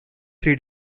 three